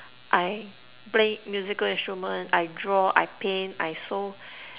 I play musical instrument I draw I paint I sew